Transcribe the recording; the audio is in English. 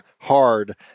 hard